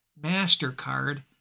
MasterCard